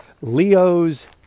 Leo's